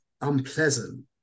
unpleasant